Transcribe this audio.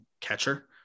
catcher